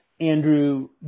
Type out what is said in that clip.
Andrew